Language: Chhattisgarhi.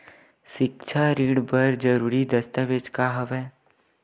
सिक्छा ऋण बर जरूरी दस्तावेज का हवय?